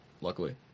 luckily